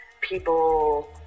people